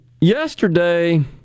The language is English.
yesterday